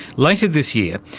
later this year,